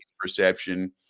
perception